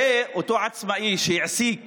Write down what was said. הרי אותו עצמאי שהעסיק